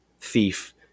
thief